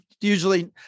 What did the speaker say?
usually